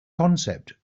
concept